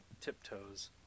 tiptoes